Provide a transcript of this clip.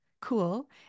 Cool